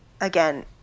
again